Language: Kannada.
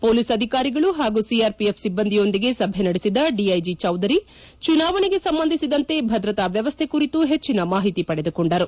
ಹೊಲೀಸ್ ಅಧಿಕಾರಿಗಳು ಹಾಗೂ ಸಿಆರ್ ಪಿಎಫ್ ಸಿಬ್ಲಂದಿಯೊಂದಿಗೆ ಸಭೆ ನಡೆಸಿದ ಡಿಐಜಿ ಚೌದರಿ ಚುನಾವಣೆಗೆ ಸಂಬಂಧಿಸಿದಂತೆ ಭದ್ರತಾ ವ್ಯವಸ್ಥೆ ಕುರಿತು ಹೆಚ್ಚಿನ ಮಾಹಿತಿ ಪಡೆದುಕೊಂಡರು